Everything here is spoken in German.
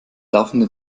laufende